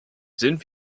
sind